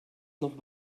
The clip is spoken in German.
noch